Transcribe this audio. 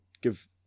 give